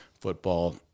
football